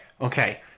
Okay